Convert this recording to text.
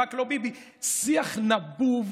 "רק לא ביבי" שיח נבוב,